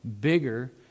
bigger